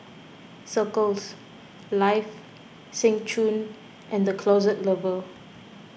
Circles Life Seng Choon and the Closet Lover